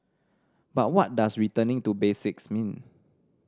but what does returning to basics mean